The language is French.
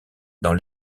dans